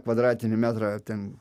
kvadratinį metrą ten